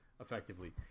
effectively